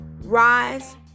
Rise